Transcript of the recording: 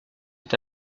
est